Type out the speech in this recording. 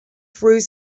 through